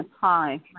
Hi